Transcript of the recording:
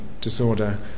disorder